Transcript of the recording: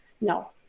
No